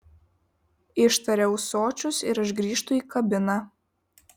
ištaria ūsočius ir aš grįžtu į kabiną